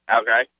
Okay